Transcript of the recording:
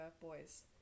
boys